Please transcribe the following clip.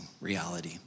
reality